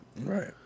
Right